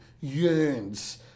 yearns